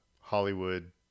Hollywood